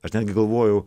aš netgi galvojau